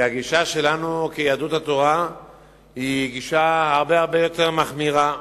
כי הגישה שלנו כיהדות התורה היא גישה הרבה הרבה יותר מחמירה.